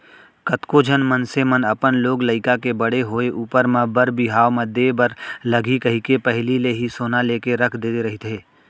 कतको झन मनसे मन अपन लोग लइका के बड़े होय ऊपर म बर बिहाव म देय बर लगही कहिके पहिली ले ही सोना लेके रख दे रहिथे